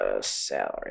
Salary